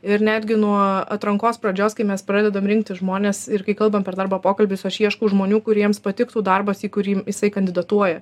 ir netgi nuo atrankos pradžios kai mes pradedam rinkti žmones ir kai kalbam per darbo pokalbius aš ieškau žmonių kuriems patiktų darbas į kurį jisai kandidatuoja